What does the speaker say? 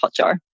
Hotjar